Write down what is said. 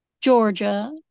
Georgia